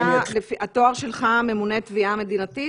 התואר שלך הוא ממונה תביעה מדינתית,